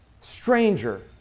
stranger